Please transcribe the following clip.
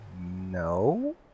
No